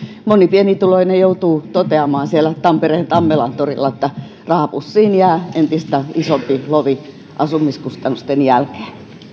moni pienituloinen joutuu toteamaan siellä tampereen tammelantorilla että rahapussiin jää entistä isompi lovi asumiskustannusten jälkeen